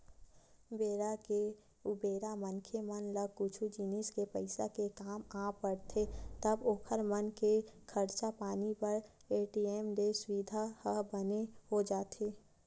बेरा के उबेरा मनखे मन ला कुछु जिनिस के पइसा के काम आ पड़थे तब ओखर मन के खरचा पानी बर ए.टी.एम के सुबिधा ह बने हो जाथे